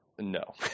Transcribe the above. No